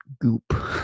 goop